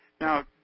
Now